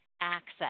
access